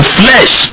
flesh